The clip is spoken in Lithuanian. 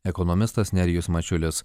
ekonomistas nerijus mačiulis